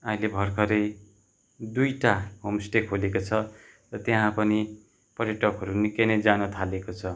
अहिले भर्खरै दुइटा होमस्टे खोलेको छ र त्यहाँ पनि पर्यटकहरू निकै नै जान थालेको छ